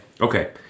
Okay